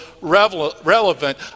relevant